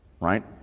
right